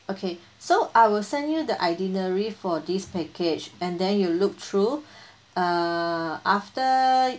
okay so I will send you the itinerary for this package and then you look through uh after